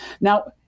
Now